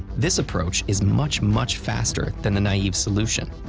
this approach is much, much faster than the naive solution.